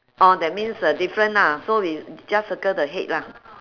orh that means uh different lah so we just circle the head lah